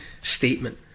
statement